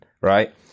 right